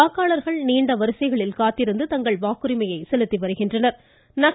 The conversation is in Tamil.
வாக்காளர்கள் நீண்ட வரிசைகளில் காத்திருந்து தங்கள் வாக்குரிமையை செலுத்தி வருகின்றனர்